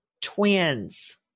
twins